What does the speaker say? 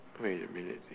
wait a minute